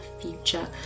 future